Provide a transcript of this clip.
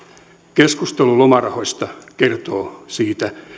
keskustelu lomarahoista kertoo siitä